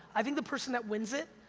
i think the person that wins it,